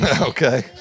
Okay